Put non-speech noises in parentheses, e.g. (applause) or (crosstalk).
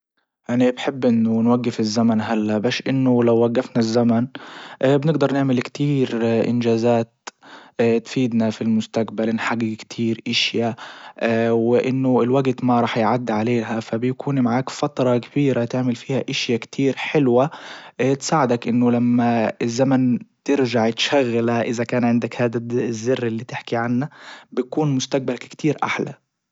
اني بحب انه نوجف الزمن هلأ باش انه لو وجفنا الزمن (hesitation) بنجدر نعمل كتير (hesitation) انجازات تفيدنا في المستجبل نحجج كتير اشيا (hesitation) وانه الوجت ما رح يعدي عليها فبيكون معاك فترة كبيرة تعمل فيها اشيا كتير حلوة تساعدك انه لما الزمن ترجع تشغله اذا كان عندك هاد الزر اللي تحكي عنه بكون مستجبلك كتير احلى